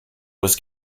was